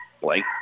Blake